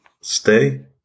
stay